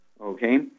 okay